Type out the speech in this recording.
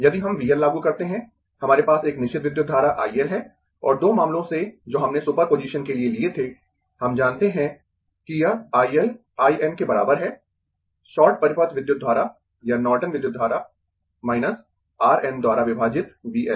यदि हम V L लागू करते है हमारे पास एक निश्चित विद्युत धारा I L है और दो मामलों से जो हमने सुपर पोजीशन के लिए लिये थे हम जानते है कि यह I L I N के बराबर है शॉर्ट परिपथ विद्युत धारा या नॉर्टन विद्युत धारा R N द्वारा विभाजित V L